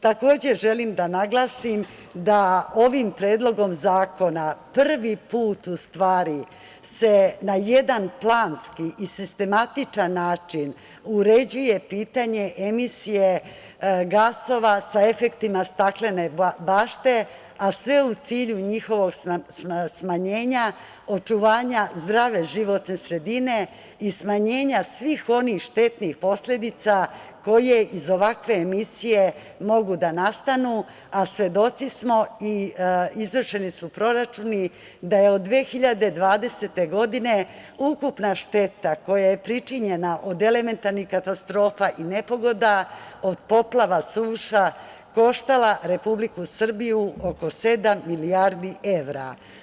Takođe, želim da naglasim da ovim Predlogom zakona prvi put se na jedan planski i sistematičan način uređuje pitanje emisije gasova sa efektima staklene bašte, a sve u cilju njihovog smanjenja, očuvanja zdrave životne sredine i smanjenja svih onih štetnih posledica koje iz ovakve emisije mogu da nastanu, a svedoci smo i izvršeni su proračuni da je od 2020. godine ukupna šteta koja je pričinjena od elementarnih katastrofa i nepogoda od poplava, suša koštala Republiku Srbiju oko sedam milijardi evra.